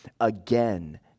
again